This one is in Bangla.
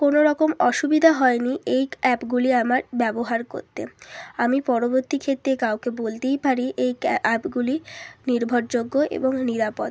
কোনো রকম অসুবিধা হয়নি এই অ্যাপগুলি আমার ব্যবহার করতে আমি পরবর্তী ক্ষেত্রে কাউকে বলতেই পারি এই অ্যাপগুলি নির্ভরযোগ্য এবং নিরাপদ